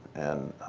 and